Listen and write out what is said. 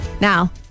Now